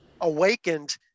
awakened